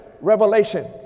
Revelation